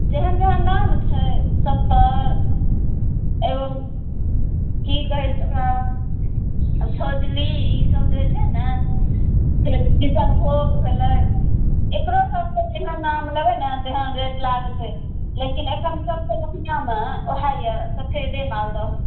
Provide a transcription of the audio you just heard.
जेहन जेहन आम छै सत्तरि एगो कि कहै छै ओकरा फैजली ई सब जे होइ छै ने फेर किसनभोग भेलै एकरोसबके जेहन आम लेबै ने तेहन रेट लागतै लेकिन एखन सबसँ बढ़िआँमे वएह अइ सफेदे मालदह